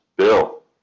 Bill